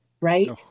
right